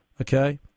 okay